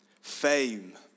fame